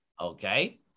Okay